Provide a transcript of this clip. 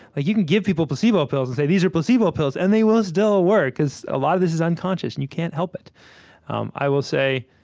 you can give people placebo pills and say, these are placebo pills, and they will still work, because a lot of this is unconscious, and you can't help it um i will say,